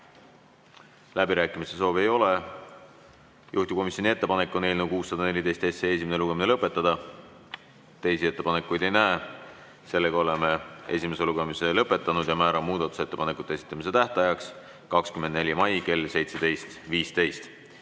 Läbirääkimiste soovi ei ole. Juhtivkomisjoni ettepanek on eelnõu 614 esimene lugemine lõpetada. Teisi ettepanekuid ma ei näe, seega oleme esimese lugemise lõpetanud. Määran muudatusettepanekute esitamise tähtajaks 24. mai kell 17.15.